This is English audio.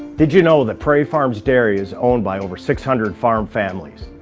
did you know that prairie farms dairy is owned by over six hundred farm families?